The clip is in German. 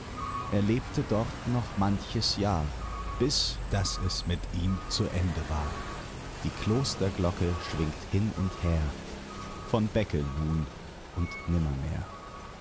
er lebte dort noch manches jahr bis daß es mit ihm zu ende war die klosterglocke schwingt hin und her von beckeln nun und